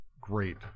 great